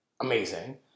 amazing